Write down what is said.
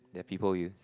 the people use